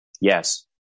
Yes